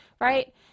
right